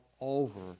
over